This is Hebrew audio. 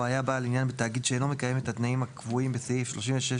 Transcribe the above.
היה בעל עניין בתאגיד שאינו מקיים את התנאים הקבועים בסעיף 36